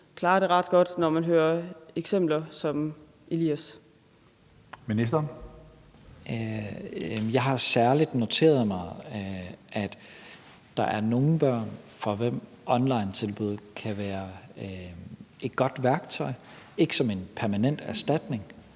Børne- og undervisningsministeren (Mattias Tesfaye): Jeg har særlig noteret mig, at der er nogle børn, for hvem onlinetilbud kan være et godt værktøj, ikke som en permanent erstatning